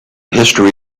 history